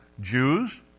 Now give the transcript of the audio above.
Jews